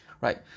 right